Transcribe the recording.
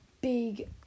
big